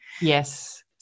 Yes